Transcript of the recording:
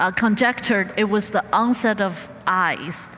ah conjectured it was the um concept of eyes.